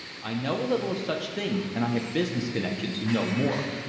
i know a little of such things, and i have business connections who know more.